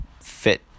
fit